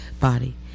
body